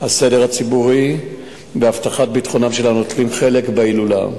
הסדר הציבורי והבטחת ביטחונם של הנוטלים חלק בהילולה.